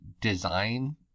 design